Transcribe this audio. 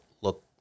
look